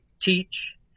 teach